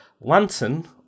lantern